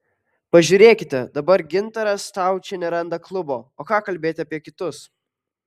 pažiūrėkite dabar gintaras staučė neranda klubo o ką kalbėti apie kitus